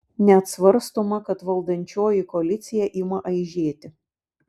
net svarstoma kad valdančioji koalicija ima aižėti